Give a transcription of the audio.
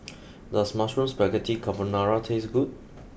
does mushroom Spaghetti Carbonara taste good